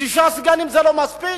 שישה סגנים זה לא מספיק?